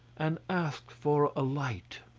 and asked for a light.